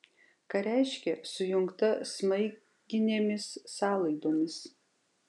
ką reiškia sujungta smaiginėmis sąlaidomis